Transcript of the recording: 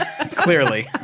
clearly